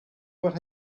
what